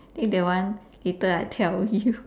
think that one later I tell you